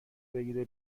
بگیره